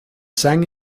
sang